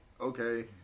okay